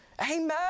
Amen